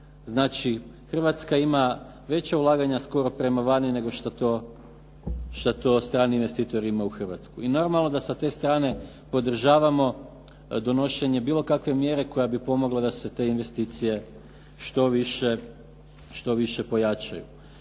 Znači, Hrvatska ima veća ulaganja skoro prema vani nego što to strani investitor ima u Hrvatskoj. I normalno da sa te strane podržavamo donošenje bilo kakve mjere koja bi pomogla da se te investicije što više pojačaju.